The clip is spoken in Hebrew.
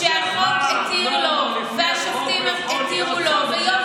החוק התיר לו והשופטים התירו לו ויו"ר